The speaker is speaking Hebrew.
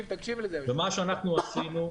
ומה שאנחנו עשינו,